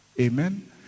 Amen